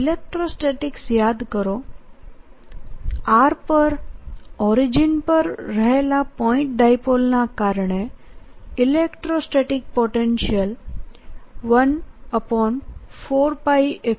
electrostatics યાદ કરોr પર ઓરિજીન પર રહેલા પોઈન્ટ ડાયપોલના કારણે ઇલેક્ટ્રોસ્ટેટિક પોટેન્શિયલ 14π0p